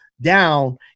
down